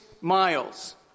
miles